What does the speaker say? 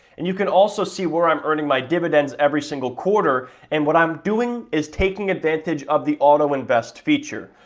and you can also see where i'm earning my dividends every single quarter, and what i'm doing is taking advantage of the auto-invest feature.